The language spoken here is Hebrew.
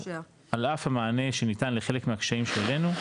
על אף המענה שניתן לחלק מהקשיים שהעלינו,